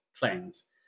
claims